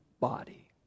body